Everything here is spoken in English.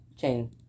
chain